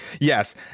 yes